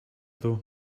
though